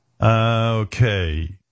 Okay